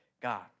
God